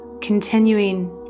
continuing